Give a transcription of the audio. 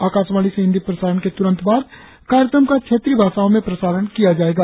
आकाशवाणी से हिंदी प्रसारण के तुरंत बाद कार्यक्रम का क्षेत्रीय भाषाओं में प्रसारण किया जायेगा